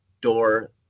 door